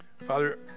Father